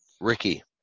Ricky